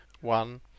one